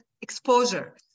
exposure